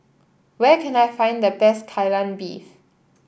where can I find the best Kai Lan Beef